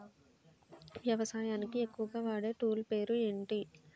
బంగాళదుంప ను కడిగే యంత్రం ఏంటి? ఎలా వాడాలి?